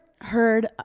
heard